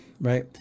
right